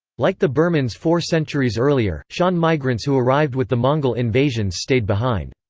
like the burmans four centuries earlier, shan migrants who arrived with the mongol invasions stayed behind.